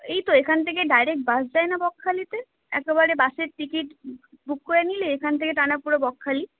এই তো এখান থেকে ডাইরেক্ট বাস যায় না বকখালিতে একেবারে বাসের টিকিট বুক করে নিলে এখান থেকে টানা পুরো বকখালি